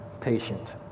patient